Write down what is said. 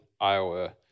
Iowa